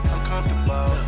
Uncomfortable